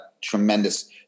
tremendous